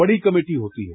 बड़ी कमेटी होती हैं